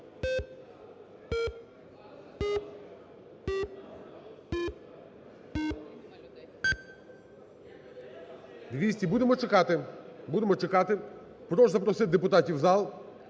чекати. Будемо чекати. Прошу запросити депутатів в зал.